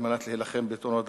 על מנת להילחם בתאונות דרכים,